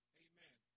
amen